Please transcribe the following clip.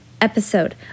episode